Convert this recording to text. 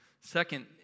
Second